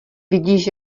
vidíš